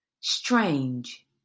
Strange